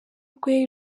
rwe